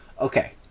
Okay